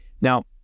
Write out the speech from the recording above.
Now